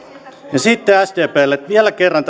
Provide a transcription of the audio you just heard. ja sitten sdplle vielä kerran